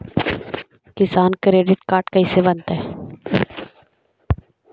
किसान credit card कैसे बनतै?